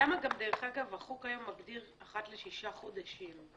למה החוק היום מגדיר אחת לשישה חודשים?